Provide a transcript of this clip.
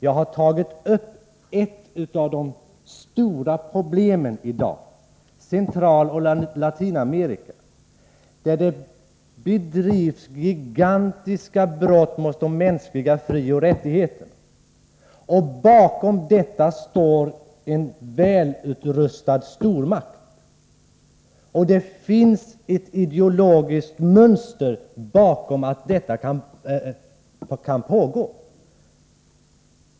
Jag har tagit upp ett av de stora problemen i dag — Centraloch Latinamerika, där det begås gigantiska brott mot de mänskliga frioch rättigheterna. Bakom detta står en väl rustad stormakt. Det finns ett ideologiskt mönster i att detta kan pågå.